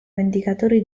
vendicatori